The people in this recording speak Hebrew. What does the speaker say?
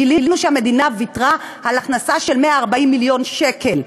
גילינו שהמדינה ויתרה על הכנסה של 140 מיליון שקל.